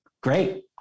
great